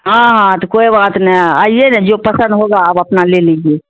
ہاں ہاں تو کوئی بات نہیں آئیے نا جو پسند ہوگا آپ اپنا لے لیجیے